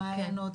למעיינות,